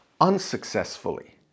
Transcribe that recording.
unsuccessfully